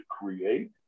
create